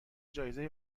جایزه